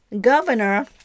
governor